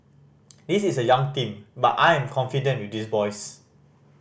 this is a young team but I am confident with these boys